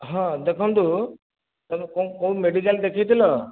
ହଁ ଦେଖନ୍ତୁ ତମେ କ'ଣ କେଉଁ ମେଡ଼ିକାଲ ଦେଖାଇଥିଲ